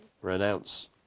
renounce